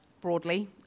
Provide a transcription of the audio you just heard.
broadly